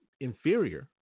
inferior